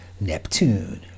Neptune